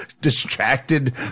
distracted